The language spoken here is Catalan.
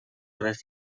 hores